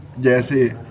Jesse